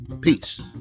Peace